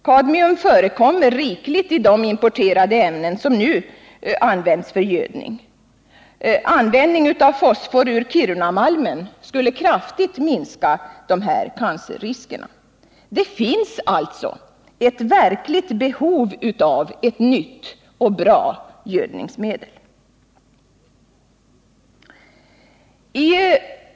Kadmium förekommer rikligt i de importerade ämnen som nu används för gödning. Användning av fosfor ur Kirunamalmen skulle kraftigt minska dessa cancerrisker. Det finns alltså ett verkligt behov av ett nytt och bra gödningsmedel.